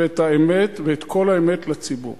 ואת האמת ואת כל האמת לציבור.